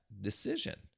decision